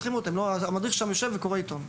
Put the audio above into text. המדריך יושב שם וקורא עיתון.